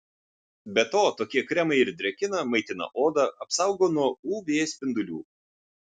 be to tokie kremai ir drėkina maitina odą apsaugo nuo uv spindulių